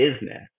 business